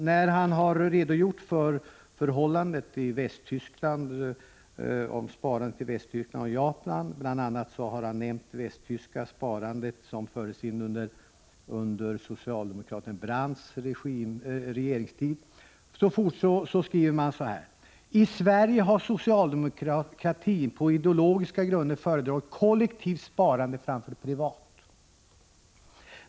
När man har redogjort för sparförhållandet i Västtyskland och Japan — bl.a. har det västtyska sparandet som infördes under socialdemokraten Brandts regeringstid nämnts — skriver man så här: ”I Sverige har socialdemokratin på ideologiska grunder föredragit kollektivt sparande framför privat.